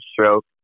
stroke